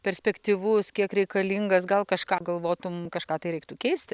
perspektyvus kiek reikalingas gal kažką galvotum kažką tai reiktų keisti